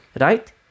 Right